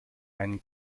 einen